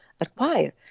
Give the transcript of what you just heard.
acquire